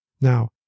Now